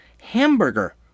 hamburger